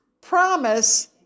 promise